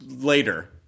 later